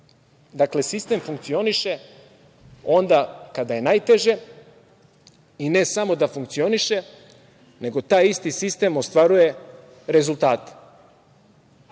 Dakle, sistem funkcioniše onda kada je najteže, i ne samo da funkcioniše, nego taj isti sistem ostvaruje rezultate.